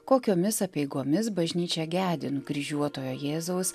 kokiomis apeigomis bažnyčia gedi nukryžiuotojo jėzaus